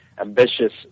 ambitious